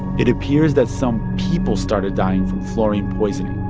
it appears that some people started dying from fluorine poisoning,